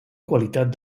qualitat